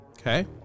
Okay